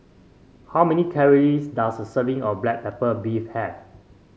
how many calories does a serving of Black Pepper Beef have